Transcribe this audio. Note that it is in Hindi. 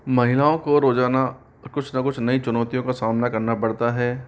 महिलाओं को रोजाना कुछ न कुछ नई चुनौतियों का सामना करना पड़ता है